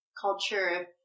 culture